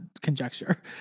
conjecture